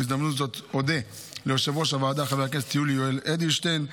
בהזדמנות זו אודה ליושב-ראש הוועדה חבר הכנסת יולי יואל אדלשטיין,